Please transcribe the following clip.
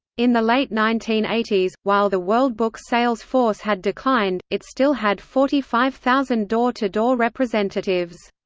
in the late nineteen eighty s, while the world book sales force had declined, it still had forty five thousand door-to-door representatives.